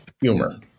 humor